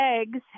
eggs